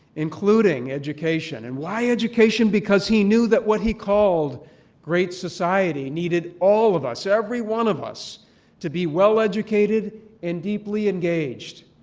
including education. and why education? because he knew that what he called great society needed all of us, every one of us to be well educated and deeply engaged.